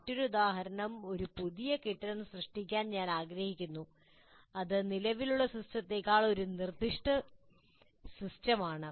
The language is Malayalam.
മറ്റൊരു ഉദാഹരണം ഒരു പുതിയ കെട്ടിടം സൃഷ്ടിക്കാൻ ഞാൻ ആഗ്രഹിക്കുന്നു ഇത് നിലവിലുള്ള സിസ്റ്റത്തേക്കാൾ ഒരു നിർദ്ദിഷ്ട സിസ്റ്റമാണ്